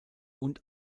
und